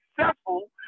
successful